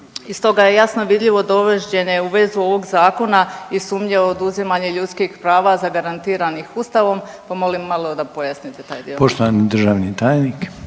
I stoga je jasno vidljivo da dovođenje u vezu ovog zakona i sumnje o oduzimanju ljudskih prava zagarantiranih Ustavom, pa molim malo da pojasnite taj dio.